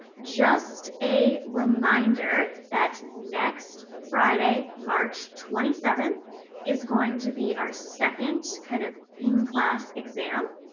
just a reminder, that next friday march twenty seventh is going to be our second kind of in-class exam.